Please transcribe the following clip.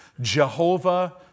Jehovah